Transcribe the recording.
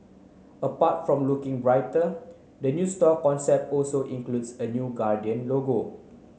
apart from looking brighter the new store concept also includes a new Guardian logo